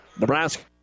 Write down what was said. Nebraska